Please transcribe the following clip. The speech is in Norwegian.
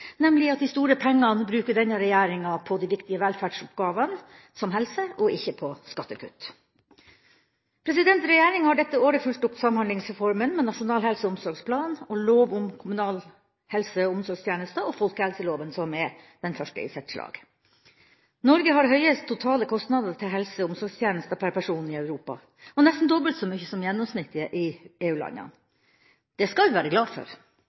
nemlig at de store pengene bruker denne regjeringa på de viktige velferdsoppgavene, som helse, og ikke på skattekutt. Regjeringa har dette året fulgt opp Samhandlingsreformen med Nasjonal helse- og omsorgsplan, lov om kommunale helse- og omsorgstjenester og folkehelseloven, som er den første i sitt slag. Norge har høyest totale kostnader til helse- og omsorgstjenester per person i Europa og nesten dobbelt så mye som gjennomsnittet i EU-landene. Det skal vi være glad for.